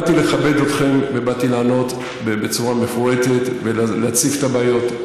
באתי לכבד אתכם ובאתי לענות בצורה מפורטת ולהציף את הבעיות.